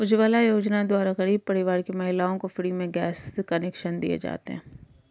उज्जवला योजना द्वारा गरीब परिवार की महिलाओं को फ्री में गैस कनेक्शन दिए जाते है